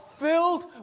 filled